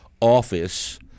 office